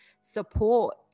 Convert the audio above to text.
support